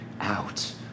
out